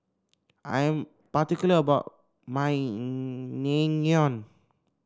I am particular about my